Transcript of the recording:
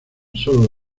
sólo